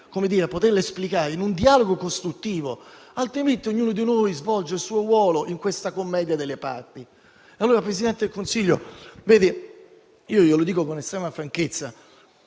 ci deve aiutare ad esplicarla in un dialogo costruttivo. Altrimenti ognuno di noi svolge il suo ruolo in questa commedia delle parti. Allora, Presidente del Consiglio, glielo dico con estrema franchezza: